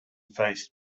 faced